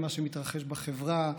על מה שמתרחש בחברה,